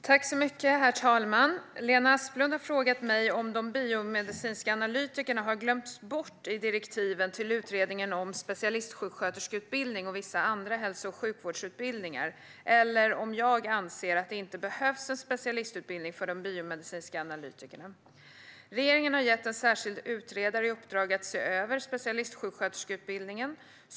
Herr talman! Lena Asplund har frågat mig om de biomedicinska analytikerna har glömts bort i direktiven till utredningen om specialistsjuksköterskeutbildning och vissa andra hälso och sjukvårdsutbildningar eller om jag anser att det inte behövs en specialistutbildning för de biomedicinska analytikerna. Regeringen har gett en särskild utredare i uppdrag att se över specialistsjuksköterskeutbildningen.